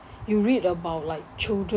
you read about like children